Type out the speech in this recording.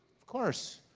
of course,